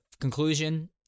conclusion